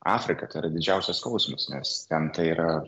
afrika tai yra didžiausias skausmas nes ten tai yra